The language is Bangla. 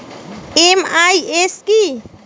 এম.আই.এস কি?